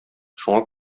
шуңа